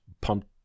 pumped